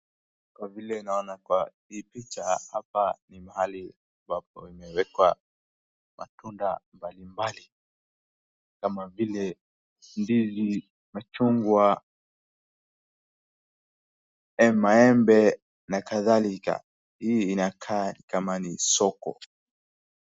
Kwa vile naona kwa hii picha hapa ni mahali pa kumewekwa matunda mbalimbali kama vile ndizi machungwa, maembe na kadhalika. Hii inakaa kama ni soko.